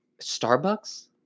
Starbucks